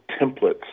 templates